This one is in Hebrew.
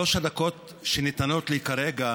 שלוש הדקות שניתנות לי כרגע